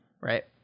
right